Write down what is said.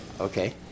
Okay